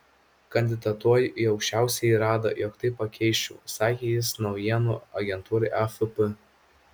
kandidatuoju į aukščiausiąją radą jog tai pakeisčiau sakė jis naujienų agentūrai afp